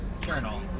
Journal